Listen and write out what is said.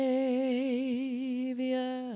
Savior